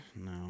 No